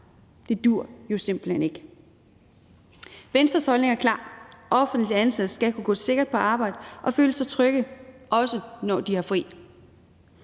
Det duer jo simpelt hen ikke. Venstres holdning er klar: Offentligt ansatte skal kunne gå sikkert på arbejde, og de skal også føle sig trygge, når de har fri.